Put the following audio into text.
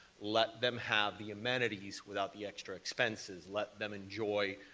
let them have the amenities without the extra expenses. let them enjoy